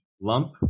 Lump